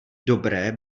dobré